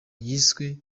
yiswe